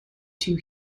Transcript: two